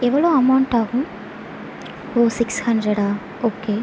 எவ்வளோ அமௌண்ட் ஆகும் ஓ சிக்ஸ் ஹண்ரடா ஓகே